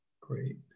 great